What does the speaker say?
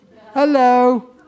Hello